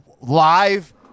live